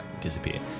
disappear